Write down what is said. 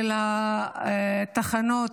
של התחנות